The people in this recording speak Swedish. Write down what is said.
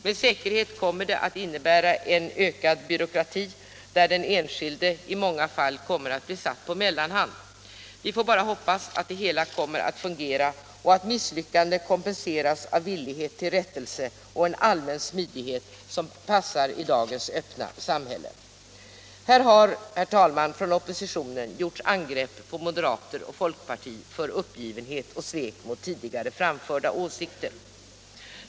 Med säkerhet kommer de att innebära ökad byråkrati, där den enskilde i många fall kommer att bli satt på mellanhand. Vi får bara hoppas att det hela kommer att fungera och att misslyckanden kompenseras av villighet till rättelse och en allmän smidighet som passar i dagens öppna samhälle. Här har, herr talman, från oppositionen gjorts angrepp på moderater och folkparti för uppgivenhet och svek mot tidigare framförda åsikter.